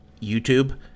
YouTube